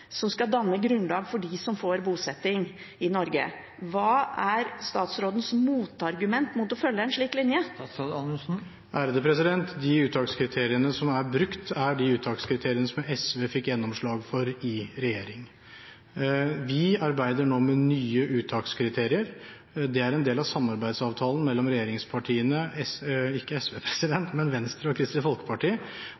som skal danne grunnlag for utvelgelsen av dem som får bosetting. Hva er statsrådens motargument mot å følge en slik linje? De uttakskriteriene som er brukt, er dem som SV fikk gjennomslag for i regjering. Vi arbeider nå med nye uttakskriterier. Det er en del av samarbeidsavtalen mellom regjeringspartiene,